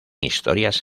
historias